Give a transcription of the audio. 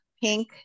pink